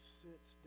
sits